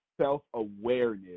self-awareness